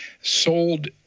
sold